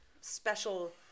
special